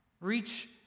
reach